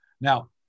Now